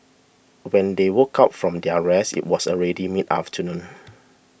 when they woke up from their rest it was already mid afternoon